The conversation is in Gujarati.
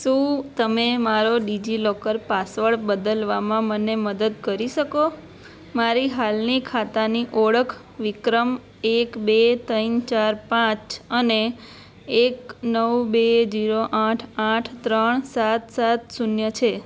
શું તમે મારો ડિજિલોકર પાસવર્ડ બદલવામાં મને મદદ કરી શકો મારી હાલની ખાતાની ઓળખ વિક્રમ એક બે તૈન ચાર પાંચ અને એક નવ બે ઝીરો આઠ આઠ ત્રણ સાત સાત શૂન્ય છે